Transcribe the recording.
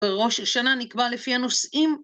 בראש השנה נקבע לפי הנושאים